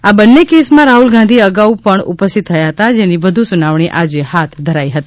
આ બંને કેસમાં રાહ્લ ગાંધી અગાઉ પણ ઉપસ્થિત થયા હતા જેની વધુ સુનાવણી આજે હાથ ધરાઈ હતી